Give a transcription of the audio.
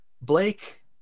Blake